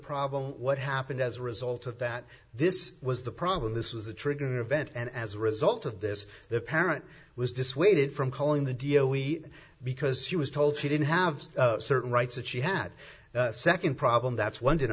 problem what happened as a result of that this was the problem this was a triggering event and as a result of this the parent was dissuaded from calling the dio we because she was told she didn't have certain rights that she had a second problem that's